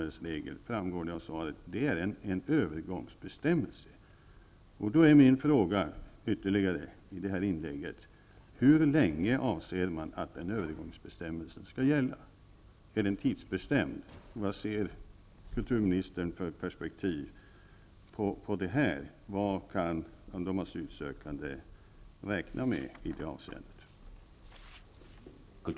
Det framgår också av svaret att man som en övergångsbestämmelse i viss mån tillämpar en artonmånadersregel. Min fråga är då: Hur länge avser man att en övergångsbestämmelse skall gälla? Är den tidsbestämd? Vad ser kulturministern för perspektiv på det här? Vad kan de asylsökande räkna med i det avseendet?